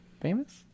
famous